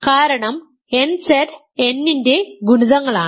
കാരണം nZ n ന്റെ ഗുണിതങ്ങളാണ്